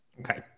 Okay